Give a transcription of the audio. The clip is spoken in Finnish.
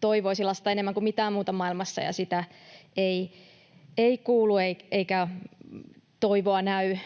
toivoisi lasta enemmän kuin mitään muuta maailmassa ja sitä ei kuulu eikä toivoa näy.